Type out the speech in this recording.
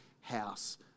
house